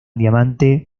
diamante